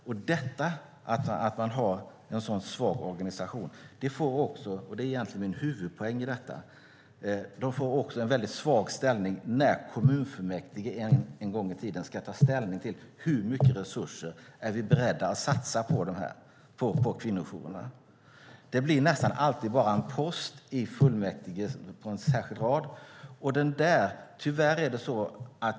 Och min huvudpoäng i detta är egentligen att de också får en väldigt svag ställning när kommunfullmäktige ska ta ställning till hur mycket resurser man är beredd att satsa på kvinnojourerna. Det blir nästan alltid bara en post i fullmäktige, på en särskild rad.